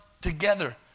together